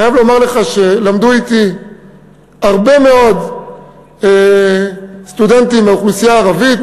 אני חייב לומר לך שלמדו אתי הרבה מאוד סטודנטים מהאוכלוסייה הערבית,